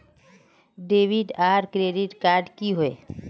Debit आर credit card की होय?